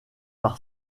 par